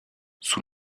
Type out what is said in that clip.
sous